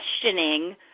questioning